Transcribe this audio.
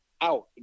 out